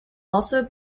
also